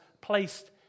placed